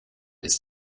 ist